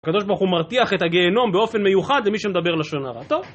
הקדוש ברוך הוא מרתיח את הגהנום באופן מיוחד למי שמדבר לשון הרע, טוב.